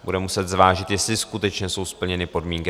Bude muset zvážit, jestli skutečně jsou splněny podmínky.